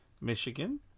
Michigan